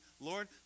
Lord